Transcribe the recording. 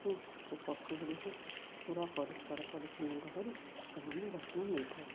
ପଶୁଗୁଡ଼ିକ ପୁରା ପରିଷ୍କାର ପରିଚ୍ଛନ୍ନତା କରି ସେମାନେ ଯତ୍ନ ନେଇଥାଏ